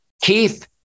Keith